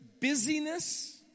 Busyness